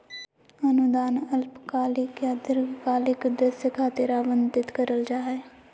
अनुदान अल्पकालिक या दीर्घकालिक उद्देश्य खातिर आवंतित करल जा हय